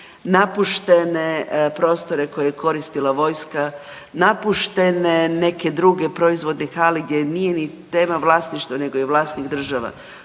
napuštene prostore koje je koristila vojska, napuštene neke druge proizvodne hale gdje nije ni tema vlasništva nego je vlasnih država.